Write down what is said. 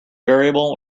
variable